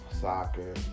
soccer